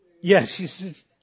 Yes